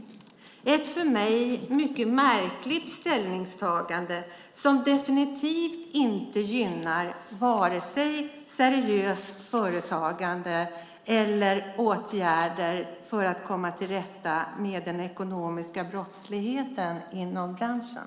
Det är ett för mig mycket märkligt ställningstagande som definitivt inte gynnar vare sig seriöst företagande eller åtgärder för att komma till rätta med den ekonomiska brottsligheten inom branschen.